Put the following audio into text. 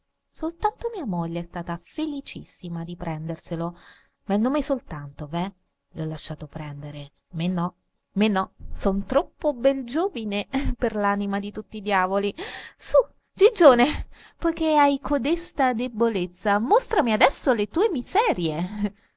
soltanto mia moglie è stata felicissima di prenderselo ma il nome soltanto veh le ho lasciato prendere me no me no son troppo bel giovine per l'anima di tutti i diavoli su gigione poiché hai codesta debolezza mostrami adesso le tue miserie